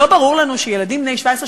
לא ברור לנו שילדים בני 17,